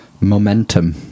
Momentum